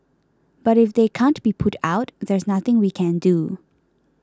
but if they can't be put out there's nothing we can do